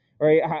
right